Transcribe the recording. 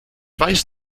weiß